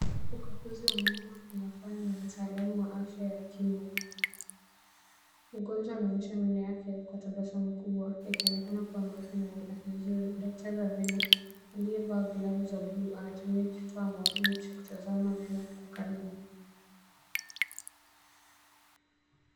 Wakati wa kuzikwa kwa meno, mgonjwa anakaa kwenye kiti cha daktari wa meno na anasalimiwa kwa tabasamu kubwa. Anaonekana akiwa na furaha na utulivu. Daktari wa meno, akiwa amevaa glavu na bila upendeleo, anatumia kifaa maalum kuchunguza meno kwa karibu